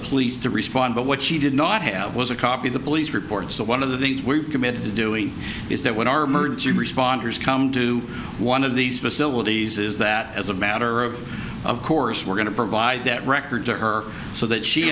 police to respond but what she did not have was a copy of the police report so one of the things we're committed to doing is that when our emergency responders come to one of these facilities is that as a matter of of course we're going to provide that record to her so that she